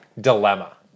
dilemma